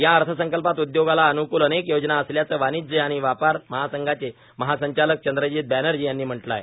या अर्थसंकल्पात उद्योगाला अन्कूल अनेक योजना असल्याचं वाणिज्य आणि व्यापार महासंघाचे महासंचालक चंद्रजीत बघ्रर्जी यांनी म्हटलं आहे